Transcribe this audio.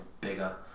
bigger